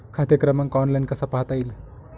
खाते क्रमांक ऑनलाइन कसा पाहता येईल?